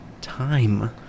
time